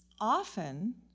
often